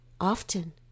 Often